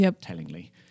tellingly